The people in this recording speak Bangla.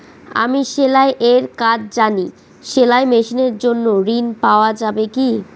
আমি সেলাই এর কাজ জানি সেলাই মেশিনের জন্য ঋণ পাওয়া যাবে কি?